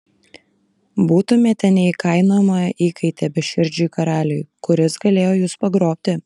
būtumėte neįkainojama įkaitė beširdžiui karaliui kuris galėjo jus pagrobti